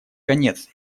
конец